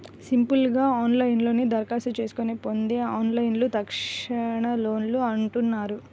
simple గా ఆన్లైన్లోనే దరఖాస్తు చేసుకొని పొందే లోన్లను తక్షణలోన్లు అంటున్నారు